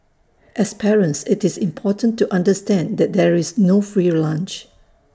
as parents IT is important to understand that there is no free lunch